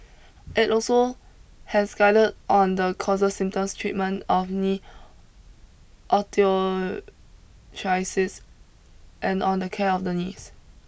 it also has guided on the causes symptoms treatment of knee osteoarthritis and on the care of the knees